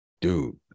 dude